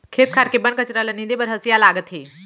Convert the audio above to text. खेत खार के बन कचरा ल नींदे बर हँसिया लागथे